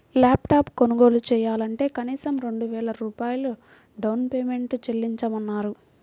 lap top కొనుగోలు చెయ్యాలంటే కనీసం రెండు వేల రూపాయలు డౌన్ పేమెంట్ చెల్లించమన్నారు